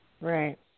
Right